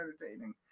entertaining